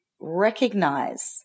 recognize